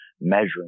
measuring